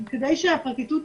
כדי שהפרקליטות